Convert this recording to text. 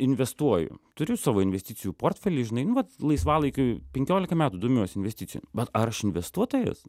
investuoju turiu savo investicijų portfelį žinai nu vat laisvalaikiu penkiolika metų domiuosi investicijom bet ar aš investuotojas